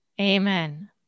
Amen